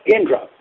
Indra